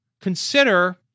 consider